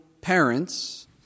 parents